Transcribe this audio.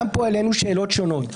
גם פה העלינו שאלות שונות.